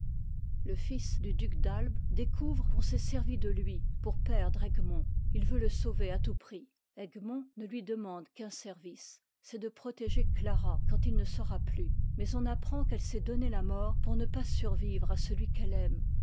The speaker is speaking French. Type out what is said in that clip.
le fils du duc d'albe découvre qu'on s'est servi de lui pour perdre egmont il veut le sauver tout prix egmont ne lui demande qu'un service c'est de protéger clara quand il ne sera plus mais on apprend qu'elle s'est donné la mort pour ne pas survivre à celui qu'elle aime